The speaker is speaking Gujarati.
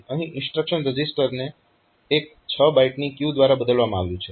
અહીં ઇન્સ્ટ્રક્શન રજીસ્ટરને એક 6 બાઈટની ક્યુ દ્વારા બદલવામાં આવ્યું છે